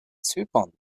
zypern